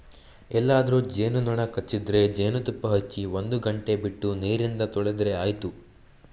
ಎಲ್ಲಾದ್ರೂ ಜೇನು ನೊಣ ಕಚ್ಚಿದ್ರೆ ಜೇನುತುಪ್ಪ ಹಚ್ಚಿ ಒಂದು ಗಂಟೆ ಬಿಟ್ಟು ನೀರಿಂದ ತೊಳೆದ್ರೆ ಆಯ್ತು